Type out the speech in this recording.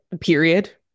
period